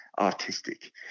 artistic